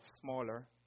smaller